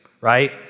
Right